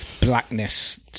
blackness